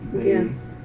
Yes